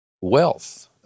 Wealth